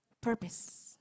purpose